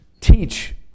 teach